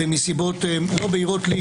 ומסיבות שלא בהירות לי,